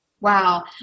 Wow